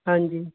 ਹਾਂਜੀ